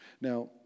Now